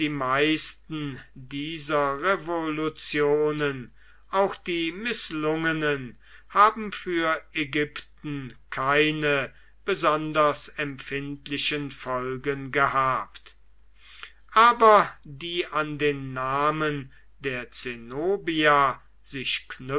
meisten dieser revolutionen auch die mißlungenen haben für ägypten keine besonders empfindlichen folgen gehabt aber die an den namen der zenobia sich